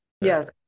Yes